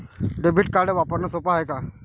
Debit card वापरणं सोप हाय का?